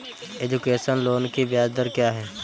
Education loan की ब्याज दर क्या है?